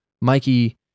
Mikey